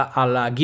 alla